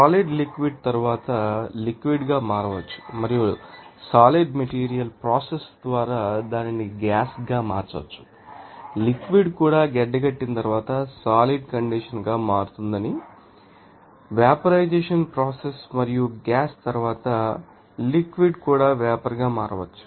solid liquid తరువాత liquid గా మార్చవచ్చు మరియు సాలిడ్ మెటీరియల్ ప్రోసెస్ ద్వారా దానిని గాష్గా మార్చవచ్చు లిక్విడ్ కూడా గడ్డకట్టిన తరువాత సాలిడ్ కండిషన్ గా మారుతుందని మీరు చూస్తారువెపరైజెషన్ ప్రాసెస్ మరియు గ్యాస్ తర్వాత లిక్విడ్ ాన్ని కూడా వేపర్ గా మార్చవచ్చు